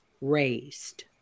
raised